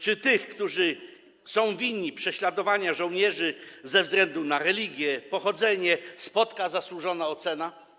Czy tych, którzy są winni prześladowania żołnierzy ze względu na religię, pochodzenie, spotka zasłużona ocena?